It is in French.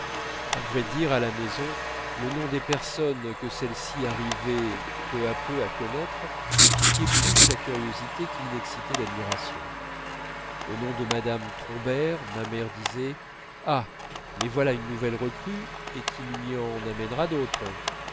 à vrai dire à la maison le nom des personnes que celle-ci arrivait peu à peu à connaître piquait plus la curiosité qu'il n'excitait d'admiration au nom de mme trombert ma mère disait ah mais voilà une nouvelle recrue et qui lui en amènera d'autres